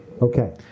Okay